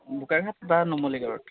বোকাঘাট বা নুমলীগড়ত